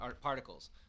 particles